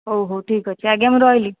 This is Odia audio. ହଉ ହଉ ଠିକ୍ ଅଛି ଆଜ୍ଞା ମୁଁ ରହିଲି